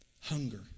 Hunger